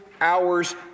hours